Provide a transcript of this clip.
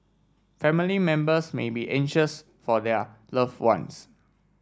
family members may be anxious for their loved ones